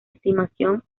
estimación